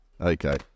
Okay